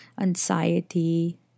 anxiety